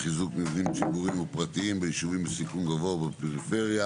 חיזוק מבנים ציבוריים ופרטיים ביישובים בסיכון גבוה ובפריפריה